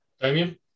Damien